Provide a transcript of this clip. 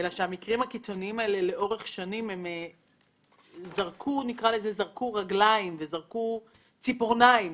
המקרים הקיצוניים האלה לאורך שנים זרקו רגליים וזרקו ציפורניים